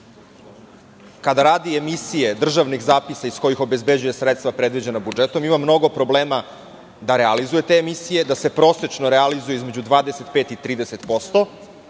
kada radi emisije državnih zapisa iz kojih obezbeđuje sredstva predviđena budžetom, ima mnogo problema da realizuje te emisije, da se prosečno realizuje između 25 i 30%,